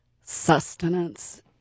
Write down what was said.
sustenance